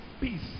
peace